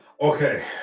okay